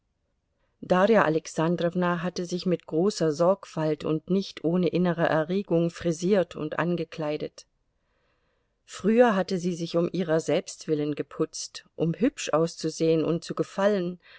darja alexandrowna hatte sich mit großer sorgfalt und nicht ohne innere erregung frisiert und angekleidet früher hatte sie sich um ihrer selbst willen geputzt um hübsch auszusehen und zu gefallen